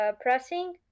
pressing